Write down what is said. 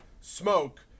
smoke